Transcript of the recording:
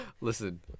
Listen